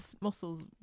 muscles